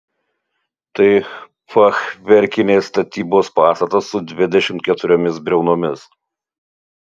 tai fachverkinės statybos pastatas su dvidešimt keturiomis briaunomis